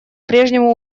прежнему